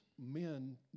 men